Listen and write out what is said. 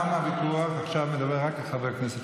אני מפריעה לך.